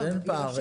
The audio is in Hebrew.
אין פער.